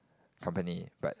company but